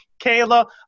Kayla